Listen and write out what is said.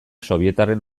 sobietarren